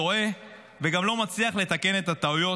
טועה וגם לא מצליח לתקן את הטעויות,